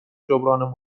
جبران